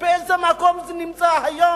באיזה מקום זה נמצא היום?